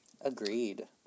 Agreed